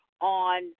on